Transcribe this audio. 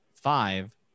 five